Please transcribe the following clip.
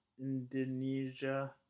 Indonesia